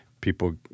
people